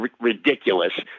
ridiculous